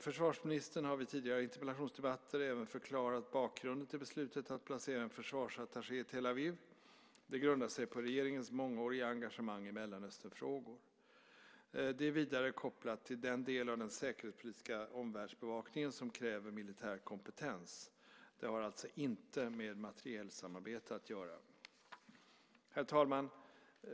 Försvarsministern har i tidigare interpellationsdebatter även förklarat bakgrunden till beslutet att placera en försvarsattaché i Tel Aviv. Det grundar sig på regeringens mångåriga engagemang i Mellanösternfrågor. Det är vidare kopplat till den del av den säkerhetspolitiska omvärldsbevakningen som kräver militär kompetens. Det har alltså inte med materielsamarbete att göra. Herr talman!